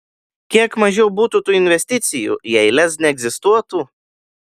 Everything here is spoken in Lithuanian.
kiek mažiau būtų tų investicijų jei lez neegzistuotų